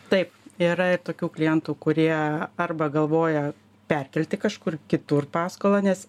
taip yra tokių ir klientų kurie arba galvoja perkelti kažkur kitur paskolą nes